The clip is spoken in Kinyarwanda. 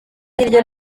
hirya